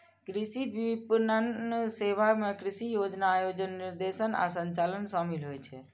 कृषि विपणन सेवा मे कृषि योजना, आयोजन, निर्देशन आ संचालन शामिल होइ छै